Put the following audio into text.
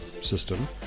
system